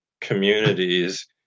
communities